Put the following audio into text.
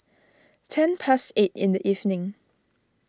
ten past eight in the evening